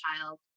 child